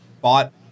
bought